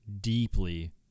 deeply